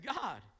God